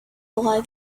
boy